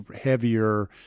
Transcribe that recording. heavier